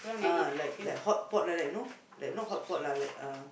ah like like hotpot like that you know like not hotpot lah like uh